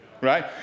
Right